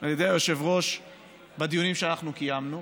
ועל ידי היושב-ראש בדיונים שאנחנו קיימנו.